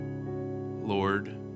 Lord